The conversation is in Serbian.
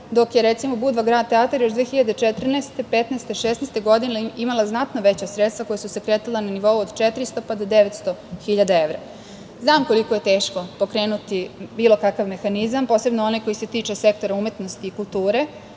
dok je, recimo Budva grad teatar još 2014, 2016, 2016. godine imala znatno veća sredstva, koja su se kretala na nivou od 400.000 pa do 900.000 evra. Znam koliko je teško pokrenuti bilo kakav mehanizam, posebno onaj koji se tiče sektora umetnosti i kulture,